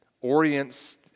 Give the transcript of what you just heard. orients